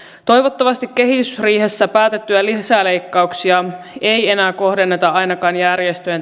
toivottavasti kehysriihessä päätettyjä lisäleikkauksia ei enää kohdenneta ainakaan järjestöjen